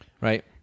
Right